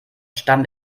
stamm